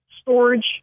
storage